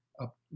up